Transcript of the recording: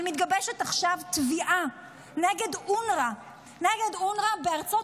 אבל מתגבשת עכשיו תביעה נגד אונר"א בארצות